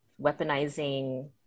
weaponizing